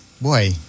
Boy